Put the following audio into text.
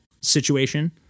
situation